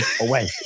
away